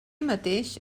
mateix